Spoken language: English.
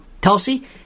Tulsi